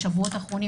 בשבועות האחרונים,